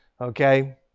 okay